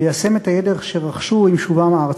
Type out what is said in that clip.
ליישם את הידע שרכשו עם שובם ארצה.